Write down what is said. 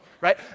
right